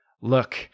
look